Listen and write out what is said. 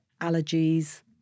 allergies